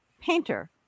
Painter